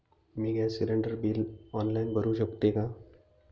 मी gas cylinder bill online भरु शकते का?